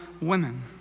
women